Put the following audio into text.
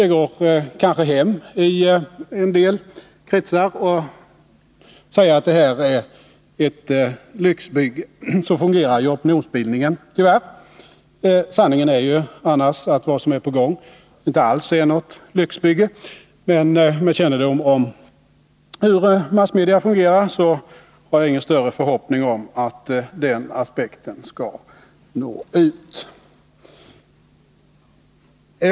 Det går kanske hem i en del kretsar att säga att det här är ett lyxbygge — så fungerar tyvärr opinionsbildningen. Sanningen är att vad som är på gång inte alls är något lyxbygge, men med kännedom om hur massmedierna fungerar har jag ingen större förhoppning att den aspekten skall nå ut.